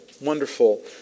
wonderful